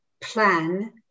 plan